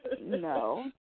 no